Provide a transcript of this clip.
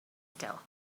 still